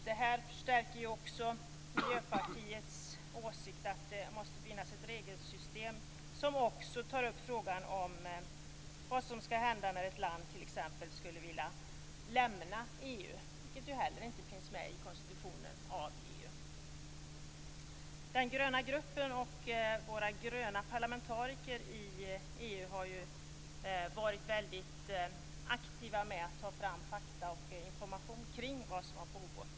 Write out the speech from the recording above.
Det här förstärker också Miljöpartiets åsikt att det måste finnas ett regelsystem som också tar upp frågan om vad som händer om ett land t.ex. skulle vilja lämna EU. Det finns inte heller med i EU:s konstitution. Den gröna gruppen och våra gröna parlamentariker i EU har varit väldigt aktiva när det gäller att ta fram fakta och information kring vad som har pågått.